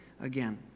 again